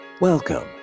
Welcome